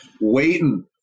waiting